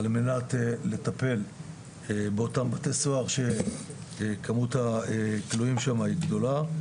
על מנת לטפל באותם בתי סוהר שכמות הכלואים שם היא גדולה.